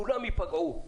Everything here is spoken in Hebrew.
כולם ייפגעו,